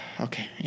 okay